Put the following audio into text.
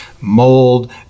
mold